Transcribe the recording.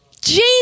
Jesus